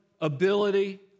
ability